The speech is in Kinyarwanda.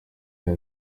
real